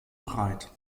breit